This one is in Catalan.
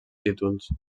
títols